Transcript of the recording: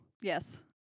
Yes